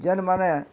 ଯେନ୍ ମାନେ